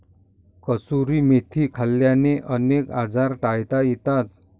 कसुरी मेथी खाल्ल्याने अनेक आजार टाळता येतात